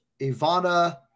Ivana